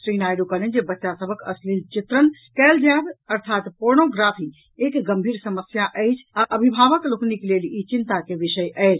श्री नायडू कहलनि जे बच्चा सभक अश्लील चित्रण कयल जायब अर्थात् पोर्नोग्राफी एक गम्भीर समस्या अछि आ अभिभावक लोकनिक लेल ई चिंता के विषय अछि